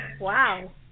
Wow